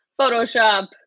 Photoshop